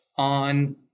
on